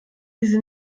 diese